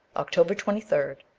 october twenty three.